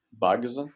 bugs